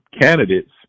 candidates